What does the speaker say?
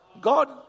God